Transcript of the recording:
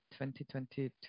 2022